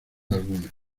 alguna